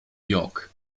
york